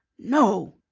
no!